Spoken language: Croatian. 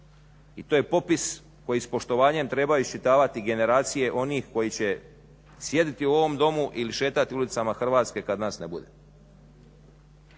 i to je popis koji s poštovanjem treba iščitavati generacije onih koji će sjediti u ovom domu ili šetati ulicama Hrvatske kad nas ne bude.